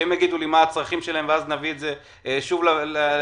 שהם יגידו לי מה הצרכים שלהם ואז נביא את זה שוב לוועדה,